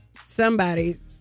somebody's